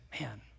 man